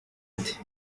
ati